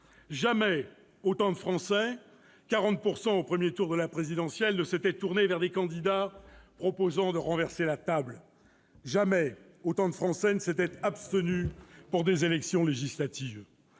Jamais autant de Français-ils ont été 40 % au premier tour de la présidentielle -ne s'étaient tournés vers des candidats proposant de renverser la table. Jamais autant de Français ne s'étaient abstenus pour des élections législatives.